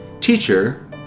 Teacher